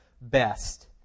best